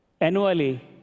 Annually